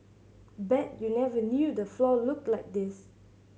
bet you never knew the floor looked like this